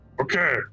Okay